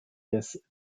des